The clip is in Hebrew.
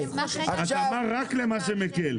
התאמה רק למה שמקל.